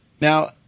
Now